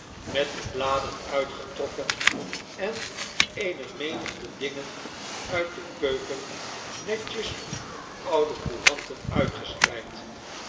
met de bladen uitgetrokken en eene menigte dingen uit de keuken netjes op oude couranten uitgespreid